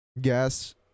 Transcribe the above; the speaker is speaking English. gas